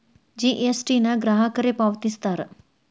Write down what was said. GST ನ ಗ್ರಾಹಕರೇ ಪಾವತಿಸ್ತಾರಾ